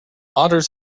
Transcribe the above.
otters